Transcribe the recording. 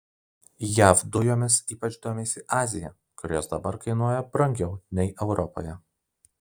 jav dujomis ypač domisi azija kur jos dabar kainuoja brangiau nei europoje